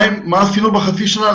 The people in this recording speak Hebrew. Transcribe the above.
מה עשינו בחצי השנה?